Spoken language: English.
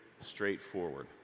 straightforward